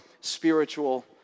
spiritual